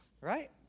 Right